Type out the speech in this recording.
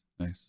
Nice